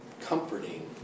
comforting